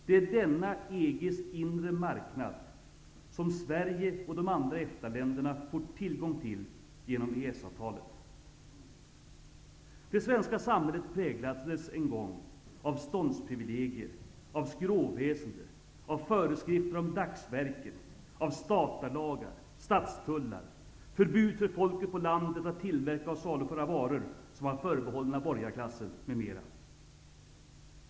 Det är denna EG:s inre marknad som Sverige och de andra EFTA-länderna får tillgång till genom Det svenska samhället präglades en gång av ståndsprivilegier, av skråväsende, av föreskrifter om dagsverken, av statarlagar, stadstullar, förbud för folket på landet att tillverka och saluföra varor som var förbehållna borgarklassen m.m.